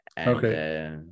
Okay